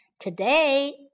Today